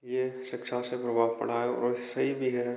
यह शिक्षा से प्रभाव पड़ा है और सही भी है